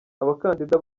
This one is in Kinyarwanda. abakandida